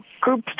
group